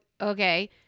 okay